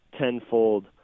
tenfold